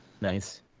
Nice